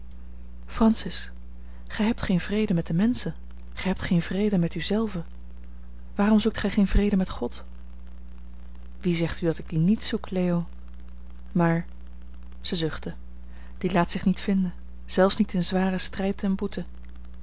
francis gij hebt geen vrede met de menschen gij hebt geen vrede met u zelve waarom zoekt gij geen vrede met god wie zegt u dat ik die niet zoek leo maar zij zuchtte die laat zich niet vinden zelfs niet in zwaren strijd en boete